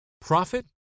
Profit